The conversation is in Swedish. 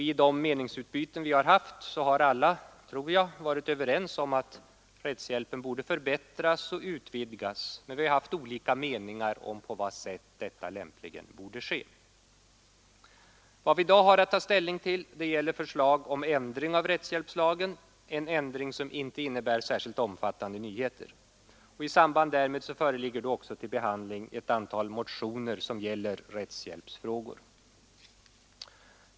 I de meningsutbyten vi haft har alla — tror jag — varit överens om att rättshjälpen borde förbättras och utvidgas, men vi har haft olika mening om på vilket sätt detta lämpligen borde ske. Vad vi i dag har att ta ställning till är ett förslag om ändring av rättshjälpslagen, en ändring som inte innebär särskilt omfattande nyheter. I samband därmed föreligger också till behandling ett antal motioner som gäller rättshjälpsfrågor.